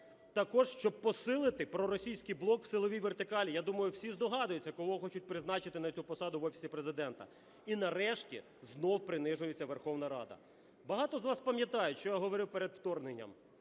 Також щоб посилити проросійський блок в силовій вертикалі. Я думаю, всі здогадуються, кого хочуть призначити на цю посаду в Офісі Президента. І нарешті знову принижується Верховна Рада. Багато з вас пам'ятають, що я говорив перед вторгненням,